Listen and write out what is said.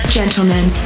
gentlemen